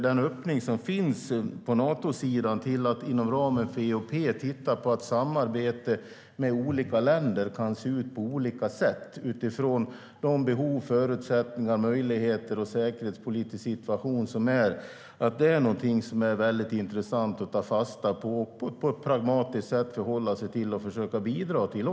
Den öppning som finns i Nato inom ramen för EOP för att se att samarbete med olika länder kan se ut på olika sätt utifrån de behov och förutsättningar som finns och den säkerhetspolitiska situationen är någonting som på ett pragmatiskt sätt är väldigt intressant att ta fasta på, förhålla sig till och försöka bidra till.